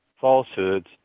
falsehoods